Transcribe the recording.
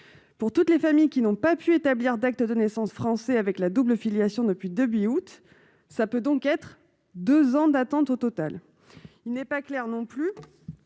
pour toutes les familles qui n'ont pas pu établir d'acte de naissance français avec la double filiation depuis deux août ça peut donc être 2 ans d'attente, au total, il n'est pas clair non plus,